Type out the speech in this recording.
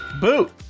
Boot